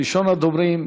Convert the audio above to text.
ראשון הדוברים,